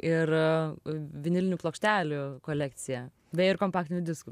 ir vinilinių plokštelių kolekcija beje ir kompaktinių diskų